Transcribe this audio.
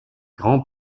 grands